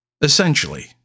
Essentially